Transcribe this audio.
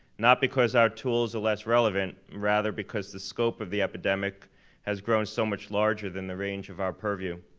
not because our tools are less relevant, rather because the scope of the epidemic has grown so much larger than the range of our purview.